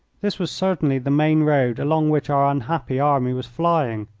this was certainly the main road along which our unhappy army was flying.